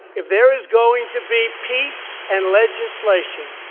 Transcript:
if there is going to be peace and legislation,